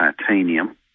titanium